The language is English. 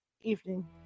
evening